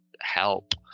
help